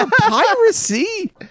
piracy